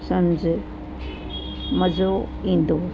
सम्झ मज़ो ईंदो